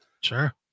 Sure